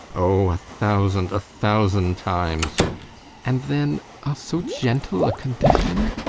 o, a thousand, a thousand times and then, of so gentle a condition!